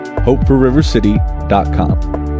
hopeforrivercity.com